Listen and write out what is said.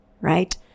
right